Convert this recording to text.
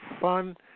fun